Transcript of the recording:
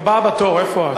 את הבאה בתור, איפה את?